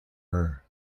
her